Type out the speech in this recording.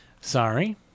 Sorry